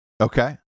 okay